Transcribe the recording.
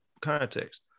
context